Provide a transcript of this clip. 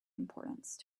importance